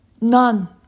None